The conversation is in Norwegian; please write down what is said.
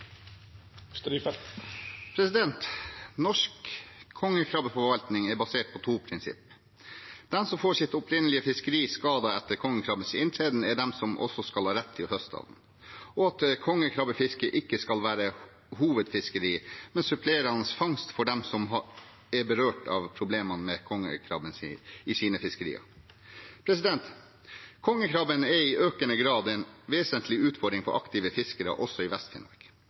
Norsk kongekrabbeforvaltning er basert på to prinsipper: De som får sitt opprinnelige fiskeri skadet etter kongekrabbens inntreden, er de som også skal ha rett til å høste av den, og kongekrabbefisket skal ikke være hovedfiskeri, men en supplerende fangst for dem som er berørt av problemene med kongekrabben i sine fiskerier. Kongekrabben er i økende grad en vesentlig utfordring for aktive fiskere